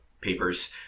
papers